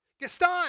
Gaston